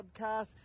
podcast